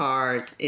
Cards